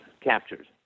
captured